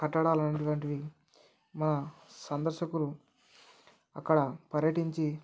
కట్టడాలు అనేటువంటివి మా సందర్శకులు అక్కడ పర్యటించి